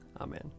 Amen